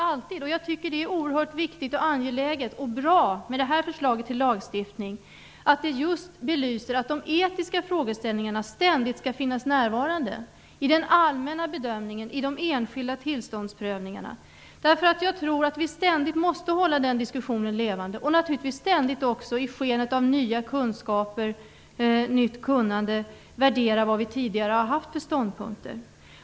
Det är oerhört angeläget och bra att vi med detta förslag till lagstiftning just nu belyser att de etiska frågeställningarna ständigt skall finnas närvarande -- i den allmänna bedömningen och i de enskilda tillståndsprövningarna. Jag tror att vi ständigt måste hålla den diskussionen levande och naturligtvis ständigt också i skenet av nya kunskaper och nytt kunnande värdera våra tidigare ståndpunkter.